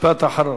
משפט אחרון.